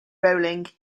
rolling